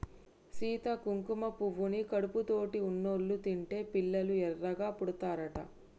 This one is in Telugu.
సీత కుంకుమ పువ్వుని కడుపుతోటి ఉన్నోళ్ళు తింటే పిల్లలు ఎర్రగా పుడతారట